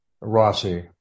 Rossi